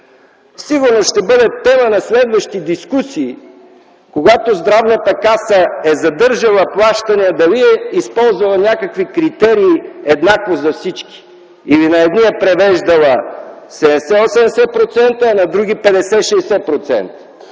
Сигурно ще бъде тема на следващи дискусии, когато Здравната каса е задържала плащания, дали е използвала някакви критерии, еднакво за всички, или на едни е превеждала 70-80%, а на други 50-60%.